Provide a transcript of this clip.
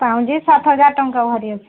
ପାଉଁଜି ସାତ ହଜାର ଟଙ୍କା ଭରି ଅଛି